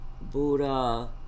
Buddha